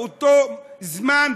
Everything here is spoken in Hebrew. באותו זמן,